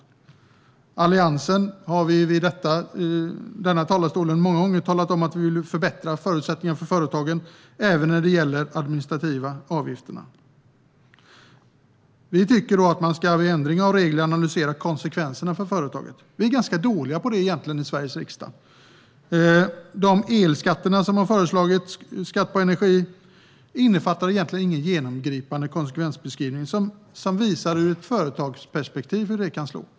Vi i alliansen har i talarstolen många gånger talat om att vi vill förbättra förutsättningarna för företagen även när det gäller administrativa avgifter. Vi tycker att man vid ändring av reglerna ska analysera konsekvenserna för företag. Det är något vi i Sveriges riksdag är ganska dåliga på. Energiskatteförslagen innefattar ingen genomgripande konsekvensbeskrivning av hur skatterna slår i ett företagsperspektiv.